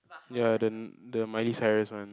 ya the the Miley Cyrus one